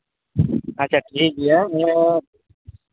ᱟᱪᱪᱷᱟ ᱴᱷᱤᱠ ᱜᱮᱭᱟ ᱤᱭᱟᱹ